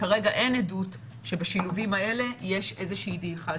וכרגע אין עדות שבשילובים האלה יש איזושהי דעיכה במוגנות.